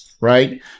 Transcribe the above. Right